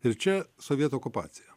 ir čia sovietų okupacija